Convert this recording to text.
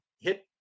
hit